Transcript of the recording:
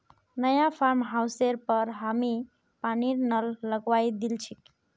नया फार्म हाउसेर पर हामी पानीर नल लगवइ दिल छि